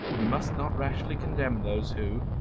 we must not rashly condemn those who,